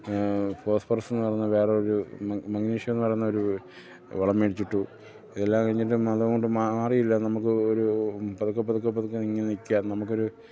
ഫോസ്ഫറസെന്ന് പറയുന്ന വേറൊരു മംഗിനീഷെന്ന് പറയുന്ന ഒരു വളം മേടിച്ചിട്ടു ഇതെല്ലാം കഴിഞ്ഞിട്ട് അതുകൊണ്ട് മാറിയില്ല നമുക്ക് ഒരു പതുക്കെ പതുക്കെ പതുക്കെ ഇങ്ങനെ നിൽക്കുകയാണ് നമുക്ക് ഒരു